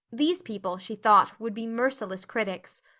these people, she thought, would be merciless critics.